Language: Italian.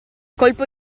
colpo